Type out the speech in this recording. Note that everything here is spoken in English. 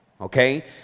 okay